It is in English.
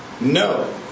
No